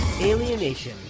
Alienation